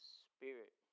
spirit